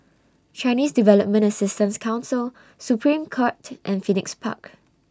Chinese Development Assistance Council Supreme Court and Phoenix Park